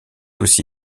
aussi